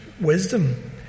wisdom